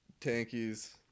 tankies